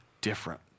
different